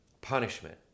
punishment